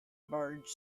barge